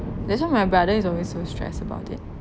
that's why my brother is always so stressed about it